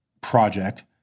project